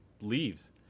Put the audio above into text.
leaves